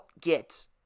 get